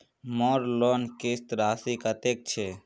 मोर लोन किस्त राशि कतेक छे?